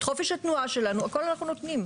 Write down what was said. את חופש התנועה שלנו, הכול אנחנו נותנים.